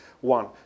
One